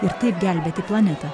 ir taip gelbėti planetą